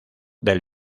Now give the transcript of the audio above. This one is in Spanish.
del